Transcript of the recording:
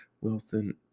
Wilson